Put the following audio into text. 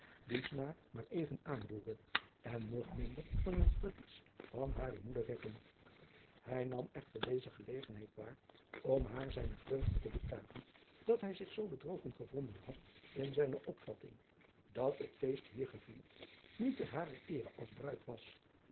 die snaar maar even aanroeren en nog minder van het verlies van hare moeder reppen ij nam echter deze gelegenheid waar om haar zijne vreugde te betuigen dat hij zich zoo bedrogen gevonden had in zijne opvatting daar het feest hier gevierd niet ter harer eere als bruid was